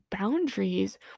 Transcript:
boundaries